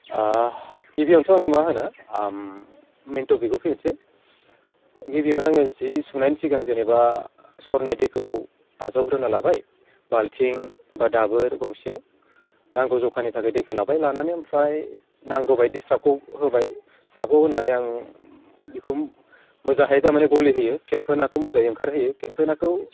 गिबियावनोथ' आं मा होनो मेइन टपिकाव फैनोसै गिबियावनो आङो जि सुनायनि सिगां जेनेबा सरनाय दैखौ आजावग्रोना लाबाय बाल्थिं बा दाबोर गंसेयाव नांगौ जखानि थाखाय दैखौ लाबाय लानानै ओमफ्राय नांगौ बायदि स्राफखौ होबाय स्राफखौ होनानै आं बिखौ मोजांहाय थारमाने गलिहोयो फेम्फोनाखौ मोजाङै ओंखारहोयो फेम्फोनाखौ